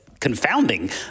confounding